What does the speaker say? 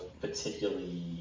particularly